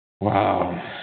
Wow